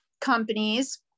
companies